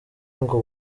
ngo